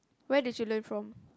where did you learn from